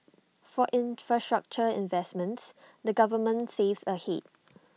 for infrastructure investments the government saves ahead